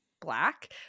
black